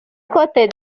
cote